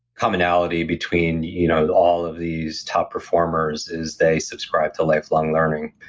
commonality between you know all of these top performers is they subscribe to lifelong learning.